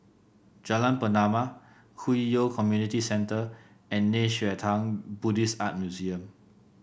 Jalan Pernama Hwi Yoh Community Centre and Nei Xue Tang Buddhist Art Museum